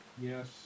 Yes